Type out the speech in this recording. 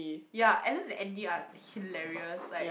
ya Ellen and Andy are hilarious like